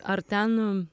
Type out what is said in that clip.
ar ten